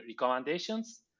recommendations